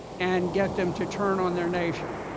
and get them to turn on their nations.